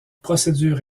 procédure